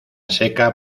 seca